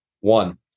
One